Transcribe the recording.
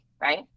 right